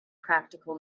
practical